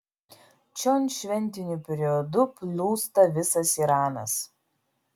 čion šventiniu periodu plūsta visas iranas